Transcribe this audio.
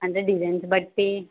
అంటే డిజైన్స్ బట్టీ